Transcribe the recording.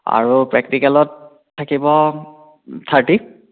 আৰু প্ৰেক্টিলেকত থাকিব থাৰ্টি